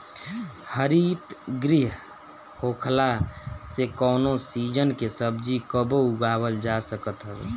हरितगृह होखला से कवनो सीजन के सब्जी कबो उगावल जा सकत हवे